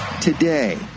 today